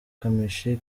kamichi